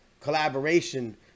collaboration